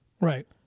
right